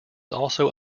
also